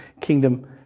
kingdom